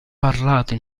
parlata